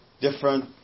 different